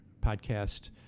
podcast